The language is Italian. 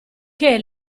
che